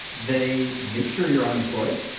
they make sure you're unemployed,